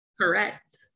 Correct